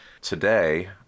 Today